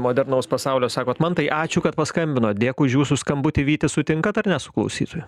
modernaus pasaulio sakot mantai ačiū kad paskambinot dėkui už jūsų skambutį vytis sutinkat ar ne su klausytoju